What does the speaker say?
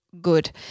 good